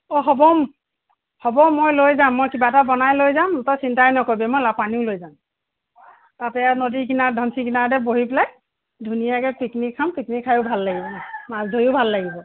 অঁ হ'ব হ'ব মই লৈ যাম মই কিবা এটা বনাই লৈ যাম তই চিন্তাই নকৰিবি মই লা পানী লৈ যাম তাতে আৰু নদী কিনাৰত ধনশিৰি কিনাৰতে বহি পেলাই ধুনীয়াকৈ পিকনিক খাম পিকনিক খায়ো ভাল লাগিব মাছ ধৰিও ভাল লাগিব